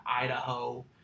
Idaho